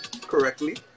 correctly